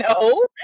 No